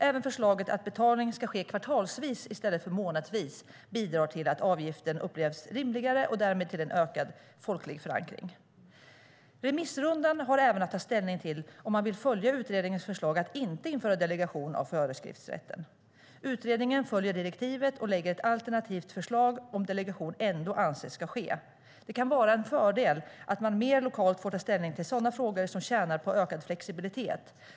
Även förslaget att betalning ska ske kvartalsvis i stället för månadsvis bidrar till att avgiften upplevs rimligare och därmed till en ökad folklig förankring. Remissrundan har även att ta ställning till om man vill följa utredningens förslag att inte införa delegation av föreskriftsrätten. Utredningen följer direktivet och lägger fram ett alternativt förslag om delegation ändå anses skola ske. Det kan vara en fördel att man mer lokalt får ta ställning till sådana frågor som tjänar på ökad flexibilitet.